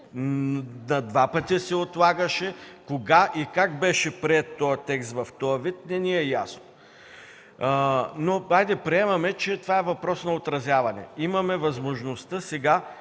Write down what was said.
на два пъти се отлагаше. Кога и как беше приет този текст в този вид, не ни е ясно. Хайде, приемаме, че това е въпрос на отразяване. Сега имаме възможност